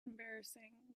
embarrassing